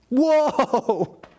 Whoa